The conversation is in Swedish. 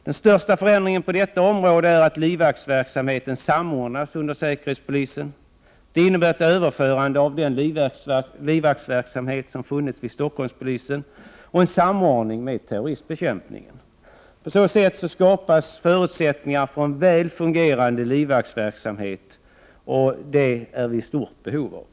Den största förändringen på detta område är att livvaktsverksamheten samordnas under säkerhetspolisen. Det innebär ett överförande av den livvaktsverksamhet som funnits vid Stockholmspolisen och en samordning med terroristbekämpningen. På så sätt skapas förutsättningar för en väl fungerande livvaktsverksamhet, vilket vi är i stort behov av.